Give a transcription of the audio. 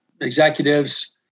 executives